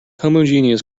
homogeneous